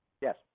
Yes